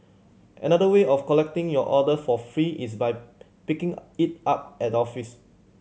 another way of collecting your order for free is by picking it up at the office